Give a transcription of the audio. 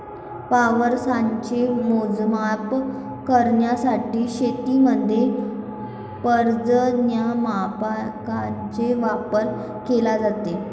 पावसाचे मोजमाप करण्यासाठी शेतीमध्ये पर्जन्यमापकांचा वापर केला जातो